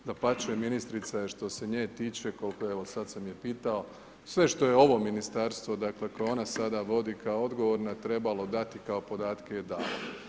Dapače, ministrica je što se nje tiče, koliko evo, sada sam je pitao, sve što je ovo ministarstvo, dakle koje ona sada vodi kao odgovorna trebalo dati kao podatke je dala.